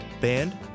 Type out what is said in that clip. band